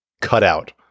cutout